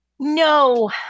No